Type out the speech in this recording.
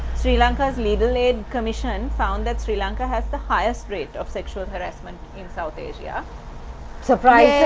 sri lanka's legal aid commission found that sri lanka has the highest rate of sexual harassment in south asia surprise